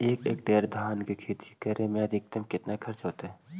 एक हेक्टेयर धान के खेती करे में अधिकतम केतना खर्चा होतइ?